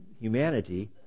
humanity